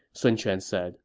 sun quan said